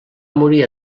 morir